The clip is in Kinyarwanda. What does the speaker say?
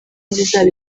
zizaba